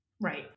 Right